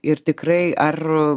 ir tikrai ar a